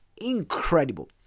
Incredible